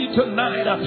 tonight